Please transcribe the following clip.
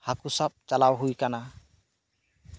ᱦᱟᱹᱠᱩ ᱥᱟᱵ ᱪᱟᱞᱟᱣ ᱦᱩᱭ ᱟᱠᱟᱱᱟ